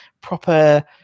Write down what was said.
proper